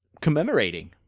commemorating